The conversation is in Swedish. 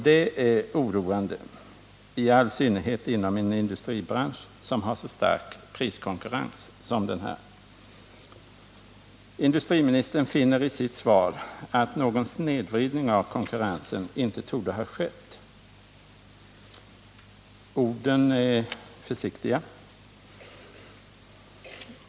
Detta är oroande, i all synnerhet inom en industribransch som har så stark priskonkurrens som den här. Industriministern finner i sitt svar att någon snedvridning av konkurrensen inte torde ha skett. Orden är försiktiga.